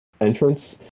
entrance